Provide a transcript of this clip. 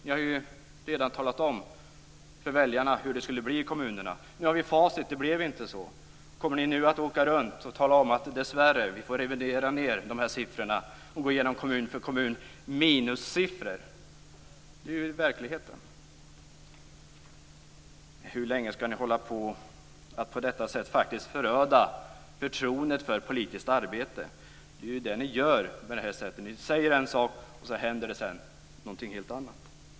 Ni har ju redan talat om för väljarna hur det skulle bli i kommunerna. Nu har vi facit, och det blev inte så. Kommer ni nu att åka runt och säga: Dessvärre får vi revidera siffrorna och kommun för kommun gå igenom minussiffror? Det är verkligheten. Hur länge skall ni hålla på att på detta sätt föröda förtroendet för politiskt arbete? Det är vad ni gör när ni gör på det här sättet. Ni säger en sak, och sedan händer någonting helt annat.